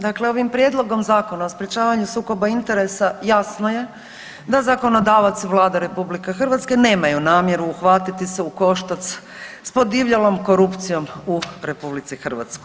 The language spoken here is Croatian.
Dakle ovim Prijedlogom Zakona o sprječavanju sukoba interesa jasno je da zakonodavac i Vlada RH nemaju namjeru uhvatiti se u koštac s podivljalom korupcijom u RH.